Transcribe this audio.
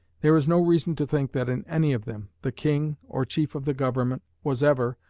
there is no reason to think that in any of them, the king, or chief of the government, was ever,